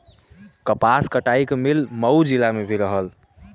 कपास कटाई क मिल मऊ जिला में भी रहल